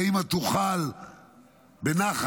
שהאימא תוכל בנחת,